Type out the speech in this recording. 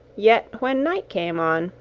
yet when night came on,